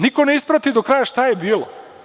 Niko ne isprati do kraja šta je bilo.